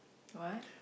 what